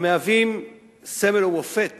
המהווים סמל ומופת